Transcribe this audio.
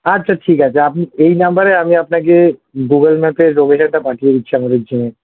আচ্ছা ঠিক আছে আপনি এই নম্বরে আমি আপনাকে গুগল ম্যাপের লোকেশনটা পাঠিয়ে দিচ্ছি আমাদের জিমের